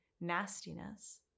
nastiness